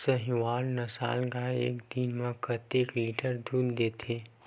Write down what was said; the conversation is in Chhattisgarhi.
साहीवल नस्ल गाय एक दिन म कतेक लीटर दूध देथे?